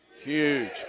huge